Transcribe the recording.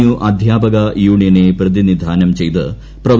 U അദ്ധ്യാപക യൂണിയനെ പ്രതിനിധാനം ചെയ്ത് പ്രൊഫ